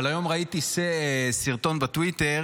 אבל היום ראיתי סרטון בטוויטר,